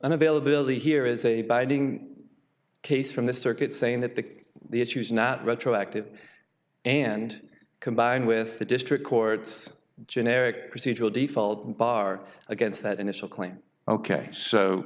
and availability here is a binding case from the circuit saying that the issue is not retroactive and combined with the district courts generic procedural default and bar against that initial claim ok so